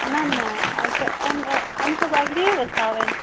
نہ نا آسہٕ أمس ٲس اَز لیٖو حظ تھاوٕنۍ